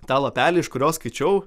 tą lapelį iš kurio skaičiau